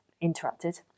interrupted